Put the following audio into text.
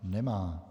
Nemá.